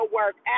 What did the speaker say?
work